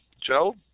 Joe